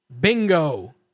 Bingo